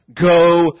go